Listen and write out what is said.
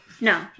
no